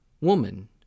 Woman